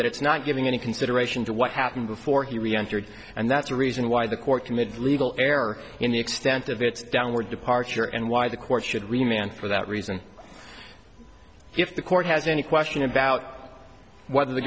that it's not giving any consideration to what happened before he reentered and that's the reason why the court committed legal error in the extent of its downward departure and why the court should remain and for that reason if the court has any question about whether the